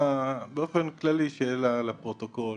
באופן כללי שאלה לפרוטוקול,